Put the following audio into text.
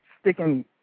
sticking